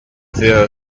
fear